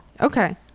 Okay